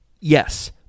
Yes